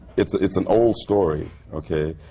it's it's an old story, okay?